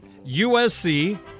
USC